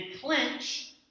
clench